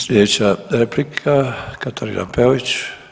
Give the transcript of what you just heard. Sljedeća replika Katarina Peović.